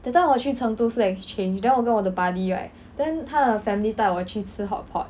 that time 我去成都是 exchange then 我跟我的 buddy right then 他的 family 带我去吃 hotpot